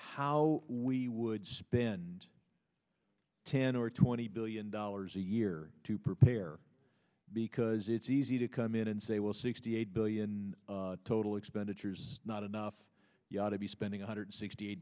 how we would spend ten or twenty billion dollars a year to prepare because it's easy to come in and say well sixty eight billion total expenditures not enough to be spending one hundred sixty